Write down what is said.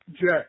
Jack